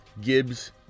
Gibbs